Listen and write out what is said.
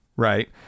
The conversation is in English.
Right